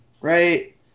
right